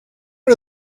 are